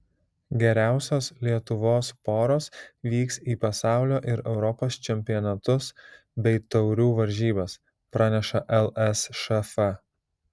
geriausios lietuvos poros vyks į pasaulio ir europos čempionatus bei taurių varžybas praneša lsšf